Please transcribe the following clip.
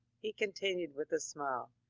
he continued, with a smile.